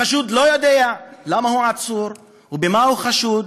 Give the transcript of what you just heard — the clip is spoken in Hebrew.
החשוד לא יודע למה הוא עצור ובמה הוא חשוד,